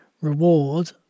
reward